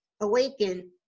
awaken